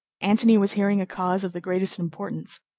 antony was hearing a cause of the greatest importance,